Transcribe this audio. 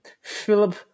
Philip